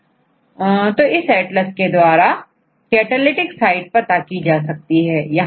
यह भी ज्ञात किया जा सकता है कि कौन से लक्षण कैटालिटिक साइट को आईडेंटिफाई करने के लिए उपयोग किए जा सकते हैं